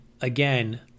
Again